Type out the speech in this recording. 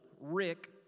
Rick